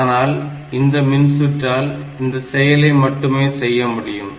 ஆனால் இந்த மின்சுற்றால் இந்த செயலை மட்டுமே செய்ய முடியும்